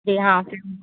जी हाँ फिर